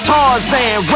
Tarzan